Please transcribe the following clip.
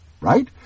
Right